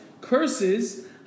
curses